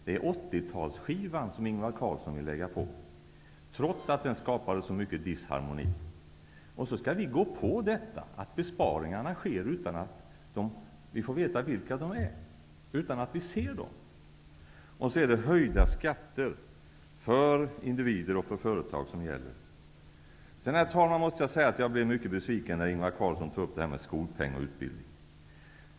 Det är 80-talsskivan som Ingvar Carlsson vill lägga på, trots att den skapade så mycket disharmoni. Vi skall tro på att besparingarna sker utan att vi får veta vilka de är och utan att vi ser dem. Det som gäller är höjda skatter för individer och företag. Herr talman! Jag blev mycket besviken när Ingvar Carlsson tog upp detta med skolpeng och utbildning.